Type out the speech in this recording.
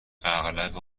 اغلب